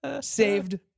saved